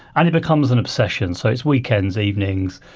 and it becomes an obsession. so it's weekends, evenings.